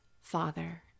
father